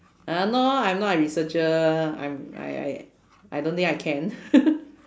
uh no I'm not a researcher I'm I I I don't think I can